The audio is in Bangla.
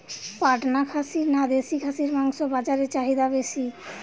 পাটনা খাসি না দেশী খাসির মাংস বাজারে চাহিদা বেশি?